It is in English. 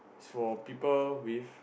is for people with